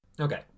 Okay